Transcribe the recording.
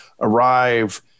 arrive